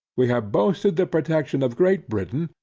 we have boasted the protection of great britain,